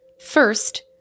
First